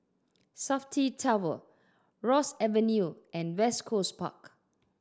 Safti Tower Ross Avenue and West Coast Park